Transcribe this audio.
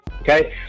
okay